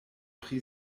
pri